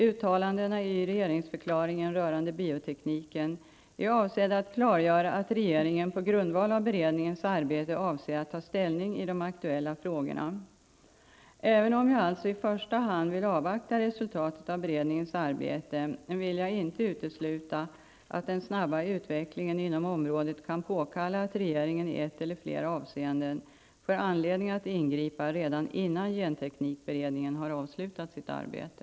Uttalandena i regeringsförklaringen rörande biotekniken är avsedda att klargöra att regeringen på grundval av beredningens arbete avser att ta ställning i de aktuella frågorna. Även om jag alltså i första hand vill avvakta resultatet av beredningens arbete, vill jag inte utesluta att den snabba utvecklingen inom området kan påkalla att regeringen i ett eller flera avseenden får anledning att ingripa redan innan genteknikberedningen har avslutat sitt arbete.